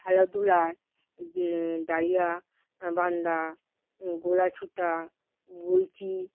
খেলাধুলার দাড়িয়াবান্ধা গোল্লাছুট বউচি